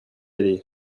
aller